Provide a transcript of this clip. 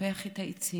מטפח את העצים